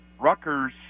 Rutgers